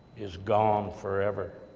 is gone forever.